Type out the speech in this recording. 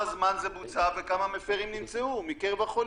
זמן זה בוצע וכה מפרים נמצאו מקרב החולים?